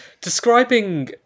Describing